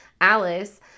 Alice